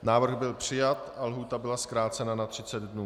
Návrh byl přijat a lhůta byla zkrácena na 30 dnů.